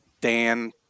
Dan